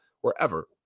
wherever